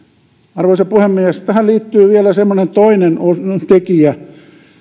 arvoisa puhemies tähän liittyy vielä semmoinen toinen tekijä